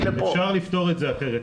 אפשר לפתור את זה אחרת.